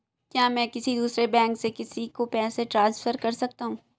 क्या मैं किसी दूसरे बैंक से किसी को पैसे ट्रांसफर कर सकता हूं?